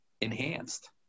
enhanced